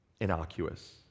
innocuous